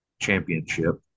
Championship